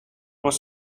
was